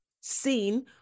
seen